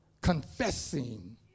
confessing